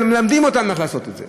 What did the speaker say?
מלמדים אותם איך לעשות את זה,